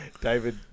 David